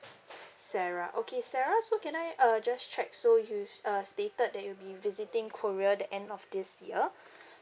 sarah okay sarah so can I uh just check so you uh stated that you'll be visiting korea the end of this year